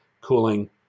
cooling